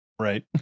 Right